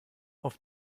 auf